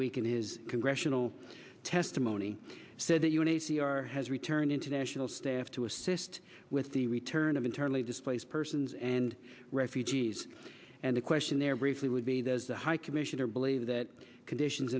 week in his congressional testimony said that you in a c r has returned international staff to assist with the return of internally displaced persons and refugees and the question there briefly would be there's a high commissioner believe that conditions